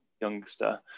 youngster